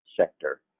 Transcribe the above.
sector